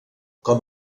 com